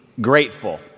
grateful